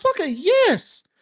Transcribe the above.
yes